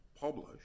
publish